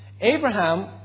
Abraham